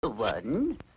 One